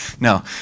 No